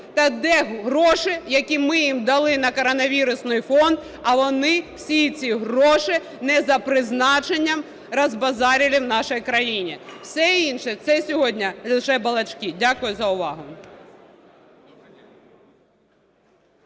та де гроші, які ми їм дали на коронавірусний фонд, а вони всі ці гроші не за призначенням розбазарили в нашій країні. Все інше – це сьогодні лише балачки. Дякую за увагу.